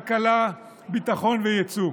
כלכלה, ביטחון ויצוא.